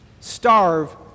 Starve